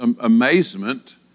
amazement